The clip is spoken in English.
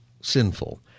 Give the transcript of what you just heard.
sinful